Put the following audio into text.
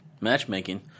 matchmaking